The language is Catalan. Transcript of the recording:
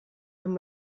amb